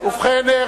ובכן,